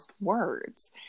words